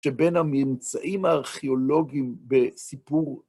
שבין הממצאים הארכיאולוגיים בסיפור...